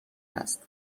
است